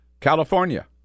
California